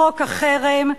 חוק החרם,